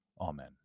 Amen